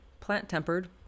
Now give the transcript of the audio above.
plant-tempered